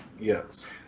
Yes